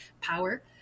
power